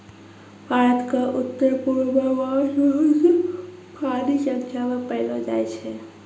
भारत क उत्तरपूर्व म बांस बहुत भारी संख्या म पयलो जाय छै